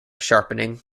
sharpening